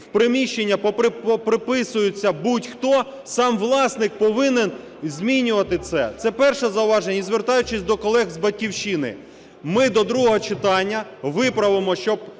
в приміщення поприписуються будь-хто, сам власник повинен змінювати це. Це перше зауваження. І звертаючись до колег з "Батьківщини". Ми до другого читання виправимо, щоб